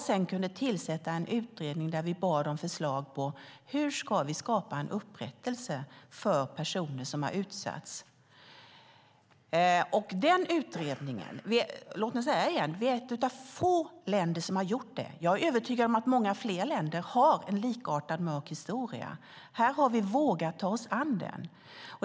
Sedan kunde jag tillsätta en utredning där vi bad om förslag på hur vi ska skapa en upprättelse för de personer som har utsatts för det här. Vi är alltså ett av få länder som har gjort detta. Jag är övertygad om att fler länder har en likartad, mörk historia. Här har vi vågat ta oss an den.